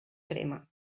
crema